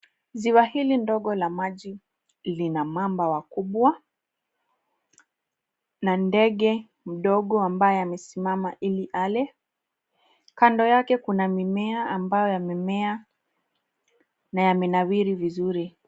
Ziwa hili ndogo la maji lina mamba wakubwa na ndege mdogo ambaye amesimama ili ale. Kando yake kuna mimea ambayo yamemea na yamenawiri vizuri.